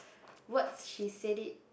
words she said it